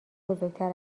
بزرگتر